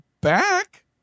back